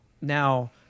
Now